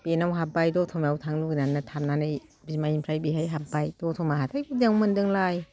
बेनाव हाबबाय दतमायाव थांनो लुबैनानैनो थांनानै बिमाइनिफ्राय बेहाय हाबबाय दतमा हाथाय गुदियावनो मोनदोंलाय